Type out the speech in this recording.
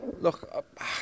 Look